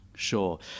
Sure